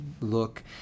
look